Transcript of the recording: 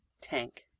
Tank